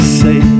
say